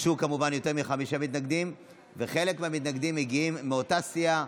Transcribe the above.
הגישו יותר מחמישה מתנגדים וחלק מהמתנגדים מגיעים מאותה סיעה,